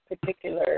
particular